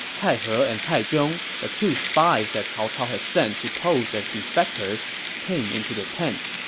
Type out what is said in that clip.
cai he and cai zhong, the two spies that cao cao had sent to pose as defectors, came into the tent.